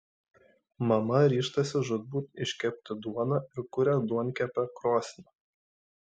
mama ryžtasi žūtbūt iškepti duoną ir kuria duonkepę krosnį